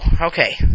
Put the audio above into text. okay